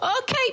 Okay